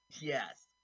Yes